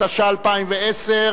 התשע"א 2011,